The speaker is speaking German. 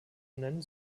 benennen